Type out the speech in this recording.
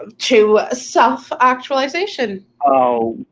ah to self-actualization. oh,